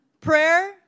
prayer